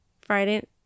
Friday